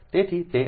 તેથી તે r' છે